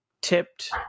tipped